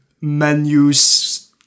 menus